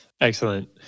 Excellent